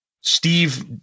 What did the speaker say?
Steve